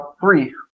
Three